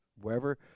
wherever